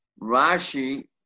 Rashi